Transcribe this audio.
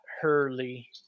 Hurley